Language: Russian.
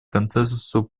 консенсусу